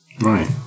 right